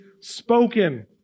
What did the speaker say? spoken